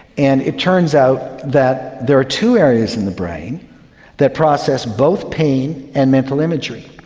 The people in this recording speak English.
and it turns out that there are two areas in the brain that process both pain and mental imagery.